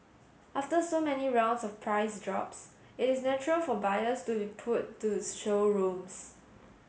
after so many rounds of price drops it is natural for buyers to be pulled to showrooms